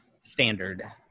standard